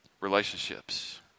relationships